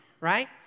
right